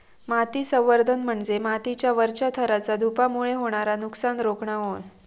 माती संवर्धन म्हणजे मातीच्या वरच्या थराचा धूपामुळे होणारा नुकसान रोखणा होय